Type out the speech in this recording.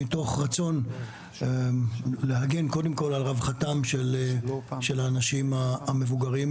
מתוך רצון להגן קודם כול על רווחתם של האנשים המבוגרים,